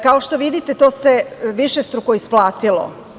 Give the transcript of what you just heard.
Kao što vidite, to se višestruko isplatilo.